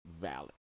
valid